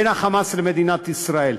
בין ה"חמאס" למדינת ישראל.